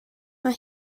mae